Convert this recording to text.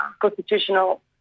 constitutional